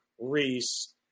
Reese